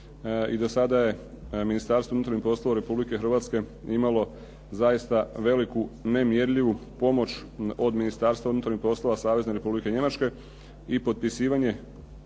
i do sada je Ministarstvo unutarnjih poslova Republike Hrvatske imalo zaista veliku nemjerljivu pomoć od Ministarstva unutarnjih poslova Savezne Republike Njemačke i potpisivanje